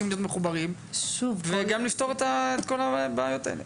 להיות מחוברים וגם לפתור את כל הבעיות האלה.